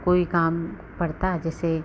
कोई काम पड़ता जैसे